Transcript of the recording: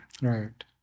Right